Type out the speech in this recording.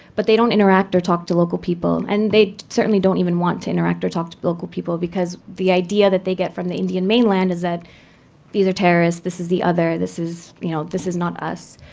but they don't interact or talk to local people. and they certainly don't even want to interact or talk to local people. because the idea that they get from the indian mainland is that these are terrorists. this is the other. this is you know this is not us.